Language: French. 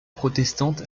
protestante